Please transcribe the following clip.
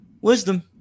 Wisdom